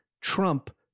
Trump